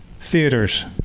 theaters